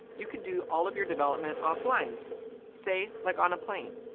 you could do all of your development offline say, like on a plane.